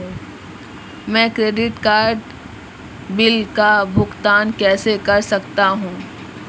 मैं credit card bill का भुगतान कैसे कर सकता हूं?